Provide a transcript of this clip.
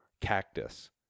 cactus